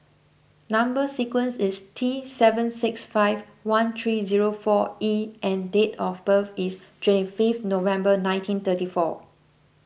Number Sequence is T seven six five one three zero four E and date of birth is twenty fifth November nineteen thirty four